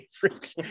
favorite